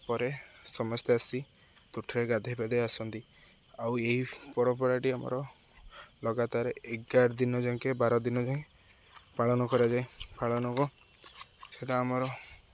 ପରେ ସମସ୍ତେ ଆସି ତୁଠରେ ଗାଧେଇପାଧେଇ ଆସନ୍ତି ଆଉ ଏହି ପରମ୍ପରାଟି ଆମର ଲଗାତାର ଏଗାର ଦିନ ଯାକେ ବାର ଦିନ ଯାକ ପାଳନ କରାଯାଏ ପାଳନକୁ ସେଟା ଆମର